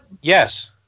yes